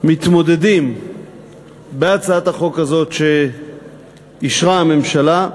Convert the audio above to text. מתמודדים בהצעת החוק הזאת, שאישרה הממשלה,